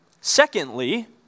Secondly